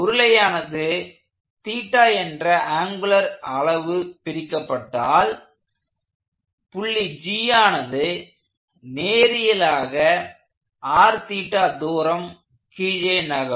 உருளையானது என்ற ஆங்குலர் அளவு பிரிக்கப்பட்டால் புள்ளி G ஆனது நேரியலாக தூரம் கீழே நகரும்